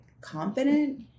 confident